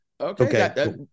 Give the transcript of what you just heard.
okay